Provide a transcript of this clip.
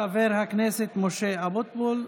חבר הכנסת ארבל,